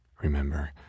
Remember